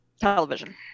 television